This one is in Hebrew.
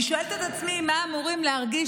אני שואלת את עצמי מה אמורים להרגיש